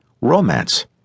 romance